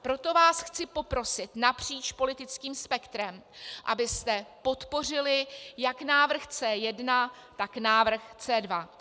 Proto vás chci poprosit napříč politickým spektrem, abyste podpořili jak návrh C1, tak návrh C2.